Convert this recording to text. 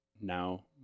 now